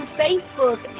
facebook